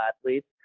athletes